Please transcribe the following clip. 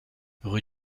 rue